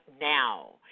now